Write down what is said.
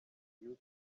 new